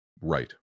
right